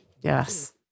Yes